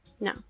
No